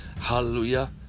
Hallelujah